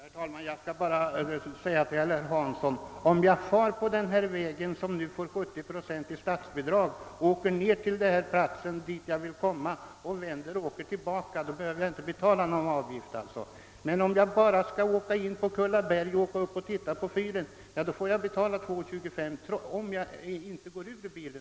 Herr talman! Jag vill bara påpeka för herr Hansson i Skegrie att man inte behöver betala någon avgift alls om man far upp på den väg, till vilken det nu utgår 70 procent i statsbidrag, och sedan vänder tillbaka utan att lämna bilen. Men om man ämnar köra in på Kullaberg enbart för att se på Kullens fyr, måste man betala 2 kronor 25 öre även om man hela tiden sitter kvar i bilen.